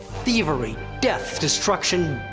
thievery, death, destruction,